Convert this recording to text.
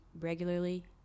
regularly